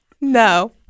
No